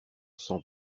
sang